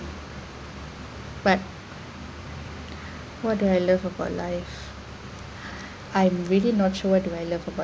but what I love about life I'm really not sure what do I love about